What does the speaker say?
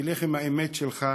תלך עם האמת שלך,